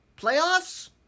Playoffs